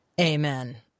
Amen